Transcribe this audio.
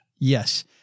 Yes